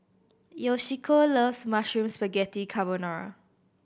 Yoshiko loves Mushroom Spaghetti Carbonara